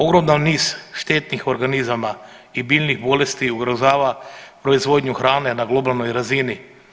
Ogroman niz štetnih organizama i biljnih bolesti ugrožava proizvodnju hrane na globalnoj razini.